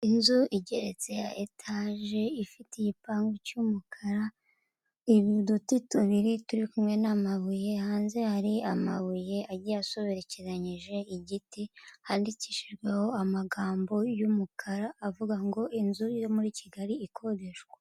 Inzu igeretse ya etage ifite igipangu cy'umukara. Uduti tubiri turi kumwe n'amabuye hanze hari amabuye agiye asobekeranyije igiti handikishijweho amagambo y'umukara, avuga ngo inzu yo muri Kigali ikodeshwa.